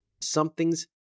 Something's